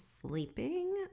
sleeping